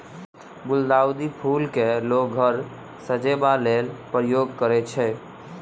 गुलदाउदी फुल केँ लोक घर सजेबा लेल प्रयोग करय छै